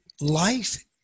life